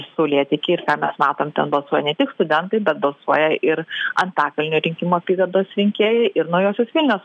saulėteky ir ką mes matom ten balsuoja ne tik studentai bet balsuoja ir antakalnio rinkimų apygardos rinkėjai ir naujosios vilnios